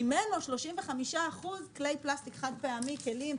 ממנו 35% כלי פלסטיק חד-פעמי: כלים,